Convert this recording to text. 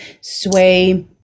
Sway